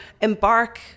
Embark